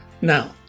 Now